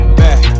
back